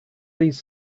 these